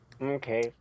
Okay